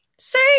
Say